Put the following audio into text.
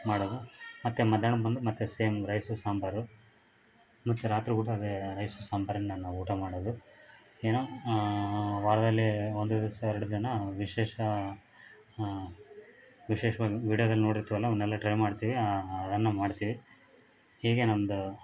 ಮಾಡೋದು ಮತ್ತು ಮಧ್ಯಾಹ್ನ ಬಂದು ಮತ್ತೆ ಸೇಮ್ ರೈಸ್ ಸಾಂಬಾರು ಮತ್ತೆ ರಾತ್ರಿ ಊಟ ಅದೇ ರೈಸು ಸಾಂಬಾರನ್ನೇ ನಾನು ಊಟ ಮಾಡೋದು ಏನೋ ವಾರದಲ್ಲಿ ಒಂದು ದಿವಸ ಎರ್ಡು ದಿನ ವಿಶೇಷ ವಿಶೇಷವಾದ ವೀಡಿಯೋದಲ್ಲಿ ನೋಡಿರ್ತೀವಲ್ಲ ಅವನೆಲ್ಲ ಟ್ರೈ ಮಾಡ್ತೀವಿ ಅದನ್ನು ಮಾಡ್ತೀವಿ ಹೀಗೆ ನಂದು